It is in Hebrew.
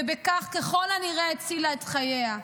ובכך ככל הנראה הצילה את חייה.